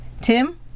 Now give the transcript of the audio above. Tim